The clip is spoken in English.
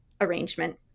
arrangement